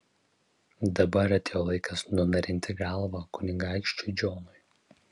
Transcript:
dabar atėjo laikas nunarinti galvą kunigaikščiui džonui